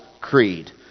Creed